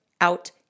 out